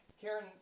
Karen